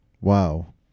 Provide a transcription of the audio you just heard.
wow